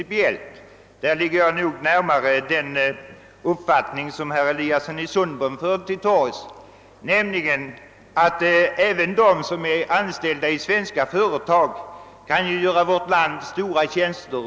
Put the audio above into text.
I det avseendet står jag nog närmare den uppfattning som herr Eliasson i Sundborn fört till torgs, nämligen att även de som är anställda i svenska företag utomlands kan göra vårt land stora tjänster.